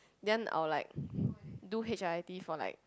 then I'll like do H I I T for like